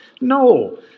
No